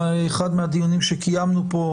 באחד מהדיונים שקיימנו פה,